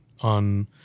on